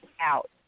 out